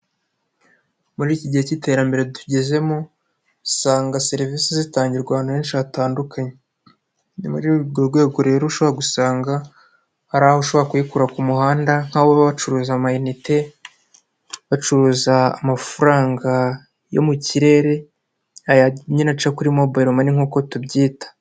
Muri iki gihe k'iterambere tugezemo usanga serivisi zitangirwa ahantu henshi hatandukanye, ni muri urwo rwego rero ushobora gusanga hari aho ushobora kuyikura ku muhanda, nk'aho baba bacuruza amayinite, bacuruza amafaranga yo mu kirere aya nyine aca kuri Mobile Money nk'uko tubyita.